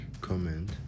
comment